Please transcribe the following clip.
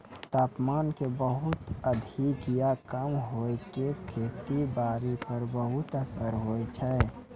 तापमान के बहुत अधिक या कम होय के खेती बारी पर बहुत असर होय छै